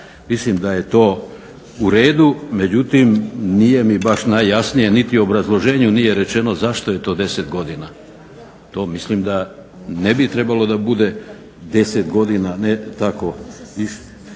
Mislim da je to u redu, međutim nije mi baš najjasnije niti u obrazloženju nije rečeno zašto je to 10 godina. To mislim da ne bi trebalo da bude 10 godina, ne tako